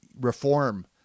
reform